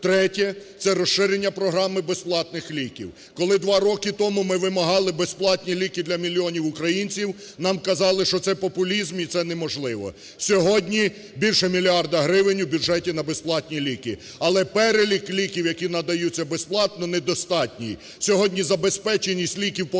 Третє – це розширення програми безплатних ліків. Коли 2 роки тому ми вимагали безплатні ліки для мільйонів українців, нам казали, що це популізм і це неможливо. Сьогодні більше мільярда гривень у бюджеті на безплатні ліки, але перелік ліків, які надаються безплатно, недостатній. Сьогодні забезпеченість ліків по